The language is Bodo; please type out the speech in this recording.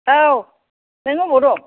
औ नों बबेयाव दं